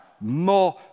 more